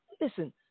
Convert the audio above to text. listen